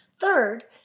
Third